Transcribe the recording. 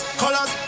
colors